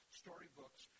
storybooks